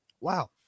Wow